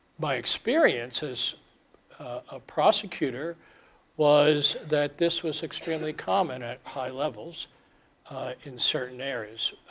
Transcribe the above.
my experience as a prosecutor was that this was extremely common at high levels in certain areas.